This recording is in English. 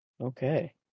Okay